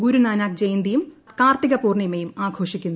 ഗുരുനാനാക്ക് ജയന്തിയും കാർത്തിക പൂർണ്ണിമയും ആഘോഷിക്കുന്നു